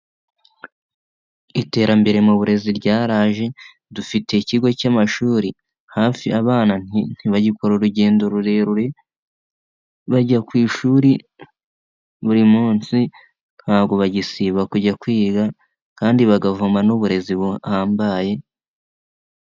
Iterambere mu burezi ryaraje, dufite ikigo cy'amashuri hafi, abana nti ntibagikora urugendo rurerure, bajya ku ishuri buri munsi ntabwo bagisiba kujya kwiga kandi bakavoma n'uburezi buhambaye.